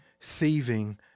thieving